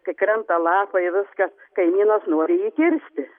kai krenta lapai viska kaimynas nori jį kirsti